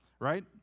Right